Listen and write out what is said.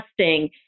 testing